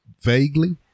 vaguely